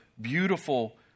beautiful